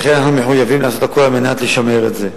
לכן אנחנו מחויבים לעשות הכול כדי לשמר את זה.